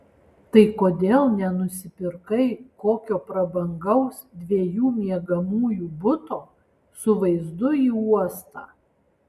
tai kodėl nenusipirkai kokio prabangaus dviejų miegamųjų buto su vaizdu į uostą